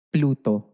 Pluto